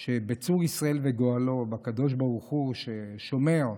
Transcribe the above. בצור ישראל וגואלו, בקדוש ברוך הוא, ששומר,